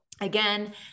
again